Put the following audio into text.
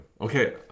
Okay